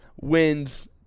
wins